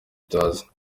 tutazi